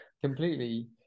Completely